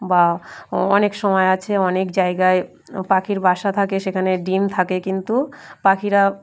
বা অ অনেক সময় আছে অনেক জায়গায় পাখির বাসা থাকে সেখানে ডিম থাকে কিন্তু পাখিরা